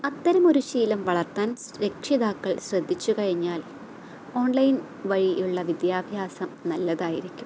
അത്തരമൊരു ശീലം വളർത്താൻ രക്ഷിതാക്കൾ ശ്രദ്ധിച്ചു കഴിഞ്ഞാൽ ഓൺലൈൻ വഴിയുള്ള വിദ്യാഭ്യാസം നല്ലതായിരിക്കും